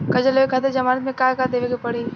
कर्जा लेवे खातिर जमानत मे का देवे के पड़ी?